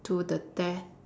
to the death